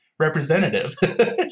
representative